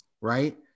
right